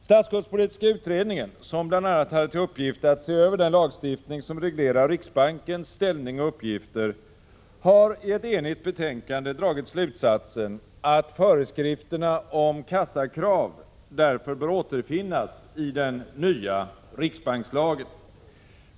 Statsskuldspolitiska utredningen, som bl.a. hade till uppgift att se över den lagstiftning som reglerar riksbankens ställning och uppgifter, har i ett enigt betänkande dragit slutsatsen att föreskrifterna om kassakrav därför bör återfinnas i den nya riksbankslagen.